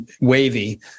wavy